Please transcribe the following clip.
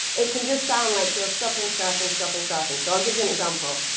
it can just sound like you're stopping, starting, stopping, starting. so i'll give you an example.